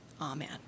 Amen